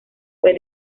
fue